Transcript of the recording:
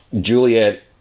Juliet